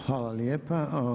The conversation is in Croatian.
Hvala lijepa.